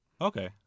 Okay